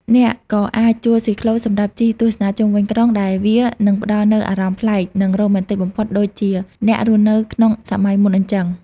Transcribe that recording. អ្នកក៏អាចជួលស៊ីក្លូសម្រាប់ជិះទស្សនាជុំវិញក្រុង ដែលវានឹងផ្តល់នូវអារម្មណ៍ប្លែក និងរ៉ូមែនទិកបំផុតដូចជាអ្នករស់នៅក្នុងសម័យមុនអញ្ចឹង។